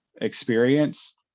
experience